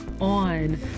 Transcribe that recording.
on